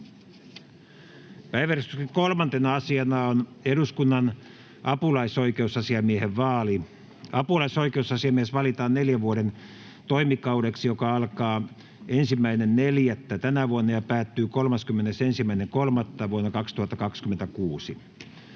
Päiväjärjestyksen 3. asiana on eduskunnan apulaisoikeusasiamiehen vaali. Apulaisoikeusasiamies valitaan neljän vuoden toimikaudeksi, joka alkaa 1.4.2022 ja päättyy 31.3.2026.